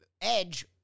edge